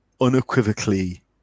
unequivocally